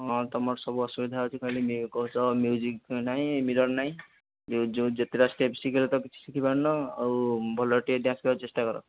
ହଁ ତୁମର ସବୁ ଅସୁବିଧା ଅଛି ଖାଲି କହୁଛ ମ୍ୟୁଜିକ୍ ନାହିଁ ମିରର୍ ନାହିଁ ଯେ ଯେଉଁ ଯେତେଟା ଷ୍ଟେପ୍ ଶିଖାଇଲେ ତ କିଛି ଶିଖିପାରୁ ନାହଁ ଆଉ ଭଲରେ ଟିକେ ଡ୍ୟାନ୍ସ କରିବାକୁ ଚେଷ୍ଟା କର